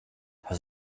has